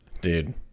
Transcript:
dude